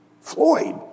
Floyd